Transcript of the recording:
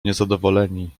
niezadowoleni